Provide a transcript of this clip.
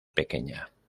pequeña